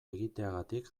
egiteagatik